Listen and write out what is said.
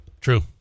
True